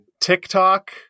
TikTok